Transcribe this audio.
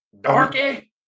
darky